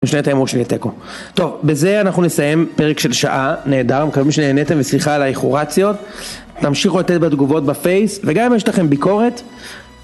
ההימור שיהיה תיק"ו. בזה אנחנו נסיים פרק של שעה נהדר מקווים שנהנתם וסליחה על האיחורציות תמשיכו לתת בתגובות בפייס וגם אם יש לכם ביקורת